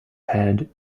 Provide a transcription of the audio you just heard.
head